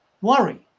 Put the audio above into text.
worry